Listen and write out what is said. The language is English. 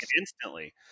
instantly